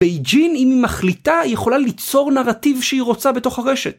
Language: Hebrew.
בייג'ין אם היא מחליטה היא יכולה ליצור נרטיב שהיא רוצה בתוך הרשת.